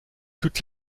toute